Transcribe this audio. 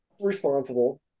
responsible